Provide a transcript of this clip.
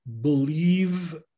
believe